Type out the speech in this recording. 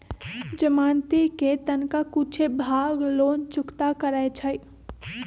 जमानती कें तनका कुछे भाग लोन चुक्ता करै छइ